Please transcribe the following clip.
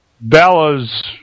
Bella's